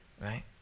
right